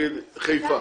למשל, חיפה,